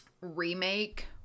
remake